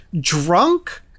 drunk